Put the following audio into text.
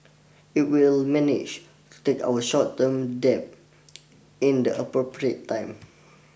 it will manage to take our short term debt in the appropriate time